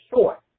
short